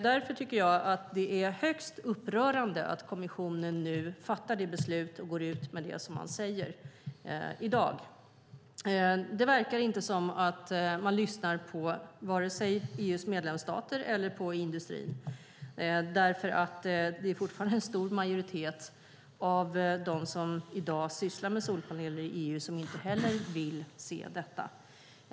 Därför tycker jag att det är högst upprörande att kommissionen nu fattar det här beslutet och säger som man gör i dag. Det verkar som att man varken lyssnar på EU:s medlemsstater eller på industrin. Det är fortfarande en stor majoritet av dem som i dag sysslar med solpaneler i EU som inte heller vill se detta.